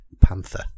Panther